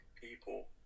people